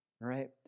Right